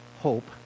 hope